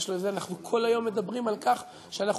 אנחנו כל היום מדברים על כך שאנחנו